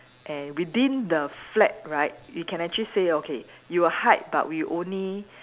and within the flat right you can actually say okay you will hide but we only